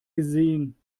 gesehen